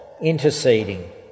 interceding